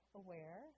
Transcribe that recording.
aware